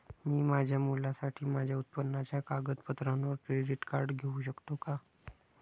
मी माझ्या मुलासाठी माझ्या उत्पन्नाच्या कागदपत्रांवर क्रेडिट कार्ड घेऊ शकतो का?